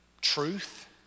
truth